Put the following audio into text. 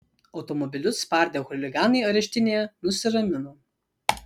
automobilius spardę chuliganai areštinėje nusiramino